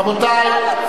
רבותי,